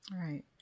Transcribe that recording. Right